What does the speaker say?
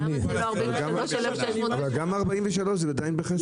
למה זה לא 43,000 --- אבל גם ה-43,000 זה עדיין בחסר.